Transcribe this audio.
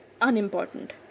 unimportant